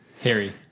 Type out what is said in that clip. Harry